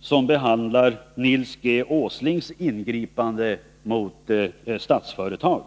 som behandlar Nils G. Åslings ingripande mot Statsföretag.